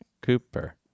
cooper